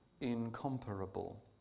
Incomparable